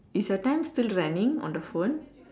is your time still running on the phone